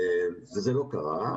זה לא קרה.